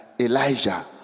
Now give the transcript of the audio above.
Elijah